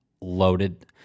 loaded